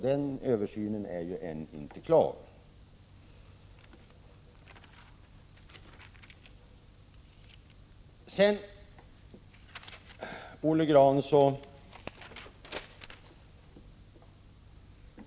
Den översynen är ännu inte klar.